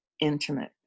intimate